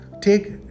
Take